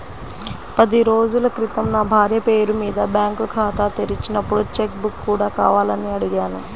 పది రోజుల క్రితం నా భార్య పేరు మీద బ్యాంకు ఖాతా తెరిచినప్పుడు చెక్ బుక్ కూడా కావాలని అడిగాను